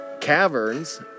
caverns